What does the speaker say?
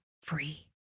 free